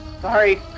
sorry